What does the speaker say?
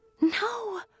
No